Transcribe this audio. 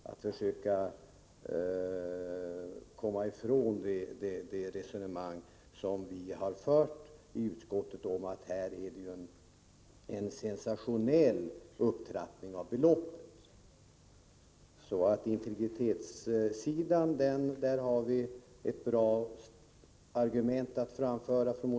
Han kan inte komma ifrån det resonemang som vi har fört i utskottet om en sensationell upptrappning av beloppet. 7n Vad gäller integritetsfrågan framför vi alltså från moderat håll ett tungt argument.